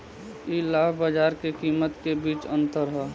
इ लाभ बाजार के कीमत के बीच के अंतर ह